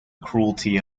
cruelty